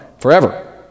Forever